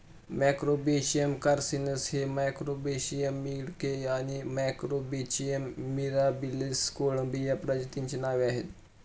Macrobrachium कार्सिनस हे मॅक्रोब्रेशियम इडेक आणि मॅक्रोब्रॅचियम मिराबिलिस कोळंबी या प्रजातींचे नाव आहे